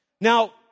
Now